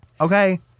Okay